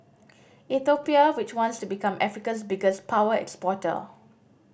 Ethiopia which wants to become Africa's biggest power exporter